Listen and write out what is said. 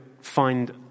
find